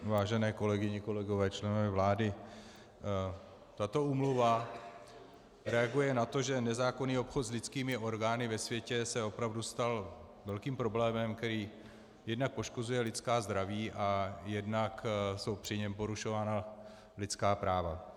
Vážené kolegyně a kolegové, členové vlády, tato úmluva reaguje na to, že se nezákonný obchod s lidskými orgány ve světě opravdu stal velkým problémem, který jednak poškozuje lidská zdraví a jednak jsou při něm porušována lidská práva.